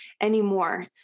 anymore